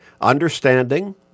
understanding